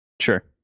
sure